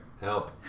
help